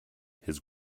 his